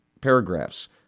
paragraphs